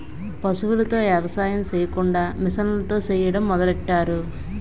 పశువులతో ఎవసాయం సెయ్యకుండా మిసన్లతో సెయ్యడం మొదలెట్టారు